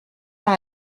dans